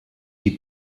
die